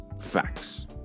facts